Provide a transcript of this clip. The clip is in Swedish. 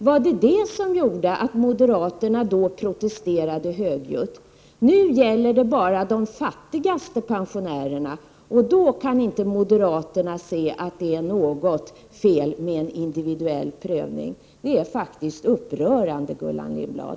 Var det detta som gjorde att moderaterna då protesterade högljutt? Nu gäller det bara de fattigaste pensionärerna, och då kan inte moderaterna se något fel med en individuell prövning. Det är faktiskt upprörande, Gullan Lindblad.